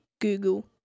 google